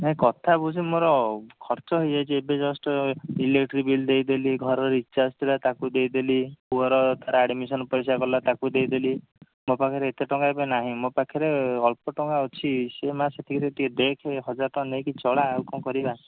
ନାହିଁ କଥା ବୁଝ ମୋର ଖର୍ଚ୍ଚ ହେଇଯାଇଛି ଏବେ ଜଷ୍ଟ ଇଲେକ୍ଟ୍ରି ବିଲ୍ ଦେଇଦେଲି ଘର ରିଚାର୍ଜ ଥିଲା ତାକୁ ଦେଇଦେଲି ପୁଅର ତା'ର ଆଡ଼ମିଶନ ପଇସା ଗଲା ତାକୁ ଦେଇଦେଲି ମୋ ପାଖରେ ଏତେ ଟଙ୍କା ଏବେ ନାହିଁ ମୋ ପାଖରେ ଅଳ୍ପ ଟଙ୍କା ଅଛି ସେତିକିରେ ଟିକେ ଦେଖେ ହଜାର ଟଙ୍କା ନେଇକି ଚଳା ଆଉ କ'ଣ କରିବା